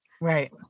Right